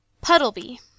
PUDDLEBY